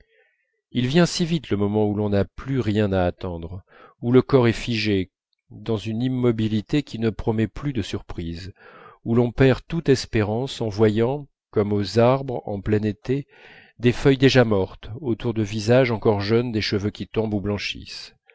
il vient si vite le moment où l'on n'a plus rien à attendre où le corps est figé dans une immobilité qui ne promet plus de surprises où l'on perd toute espérance en voyant comme aux arbres en plein été des feuilles déjà mortes autour de visages encore jeunes des cheveux qui tombent ou blanchissent